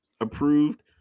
approved